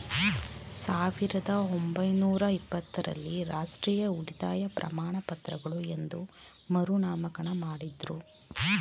ಸಾವಿರದ ಒಂಬೈನೂರ ಇಪ್ಪತ್ತ ರಲ್ಲಿ ರಾಷ್ಟ್ರೀಯ ಉಳಿತಾಯ ಪ್ರಮಾಣಪತ್ರಗಳು ಎಂದು ಮರುನಾಮಕರಣ ಮಾಡುದ್ರು